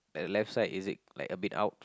and the left side is it like a bit out